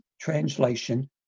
translation